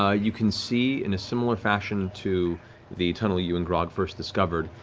ah you can see, in a similar fashion to the tunnel you and grog first discovered,